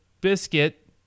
biscuit